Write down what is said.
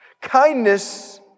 Kindness